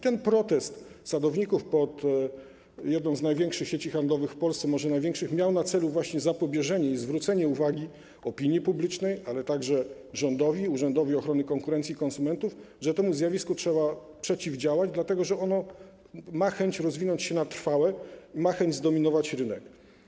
Ten protest sadowników pod jedną z największych sieci handlowych w Polsce, może największą, miał na celu właśnie zapobieżenie temu i zwrócenie uwagi opinii publicznej, ale także rządowi, Urzędowi Ochrony Konkurencji i Konsumentów, że temu zjawisku trzeba przeciwdziałać, dlatego że ono ma chęć rozwinąć się na trwałe, ma chęć zdominować rynek.